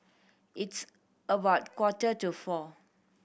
its about quarter to four